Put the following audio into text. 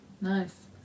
Nice